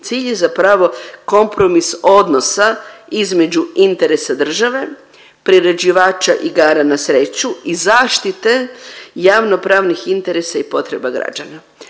Cilj je zapravo kompromis odnosa između interesa države, priređivača igara na sreću i zaštite javnopravnih interesa i potreba građana.